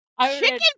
Chicken